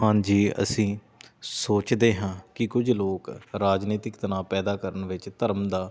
ਹਾਂਜੀ ਅਸੀਂ ਸੋਚਦੇ ਹਾਂ ਕਿ ਕੁਝ ਲੋਕ ਰਾਜਨੀਤਿਕ ਤਣਾਅ ਪੈਦਾ ਕਰਨ ਵਿੱਚ ਧਰਮ ਦਾ